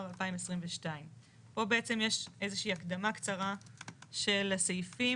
2022. פה בעצם יש איזה שהיא הקדמה קצרה של הסעיפים,